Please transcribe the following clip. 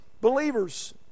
believers